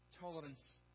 tolerance